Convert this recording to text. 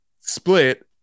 split